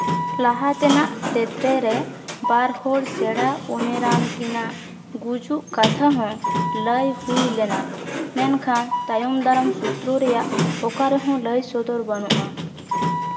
ᱞᱟᱦᱟ ᱛᱮᱱᱟᱜ ᱛᱮᱛᱨᱮ ᱨᱮ ᱵᱟᱨᱦᱚᱲ ᱥᱮᱬᱟ ᱩᱢᱮᱨᱟᱱ ᱠᱤᱱᱟᱜ ᱜᱩᱡᱩᱜ ᱠᱟᱛᱷᱟ ᱦᱚᱸ ᱞᱟᱹᱭ ᱦᱩᱭ ᱞᱮᱱᱟ ᱢᱮᱱᱠᱷᱟᱱ ᱛᱟᱭᱚᱢ ᱫᱟᱨᱟᱢ ᱥᱩᱛᱨᱚ ᱨᱮᱭᱟᱜ ᱚᱠᱟ ᱨᱮᱦᱚᱸ ᱞᱟᱹᱭ ᱥᱚᱫᱚᱨ ᱵᱟᱹᱱᱩᱜᱼᱟ